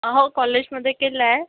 अ हो कॉलेजमध्ये केला आहे